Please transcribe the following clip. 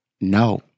no